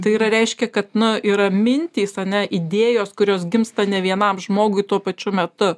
tai yra reiškia kad nu yra mintys ane idėjos kurios gimsta ne vienam žmogui tuo pačiu metu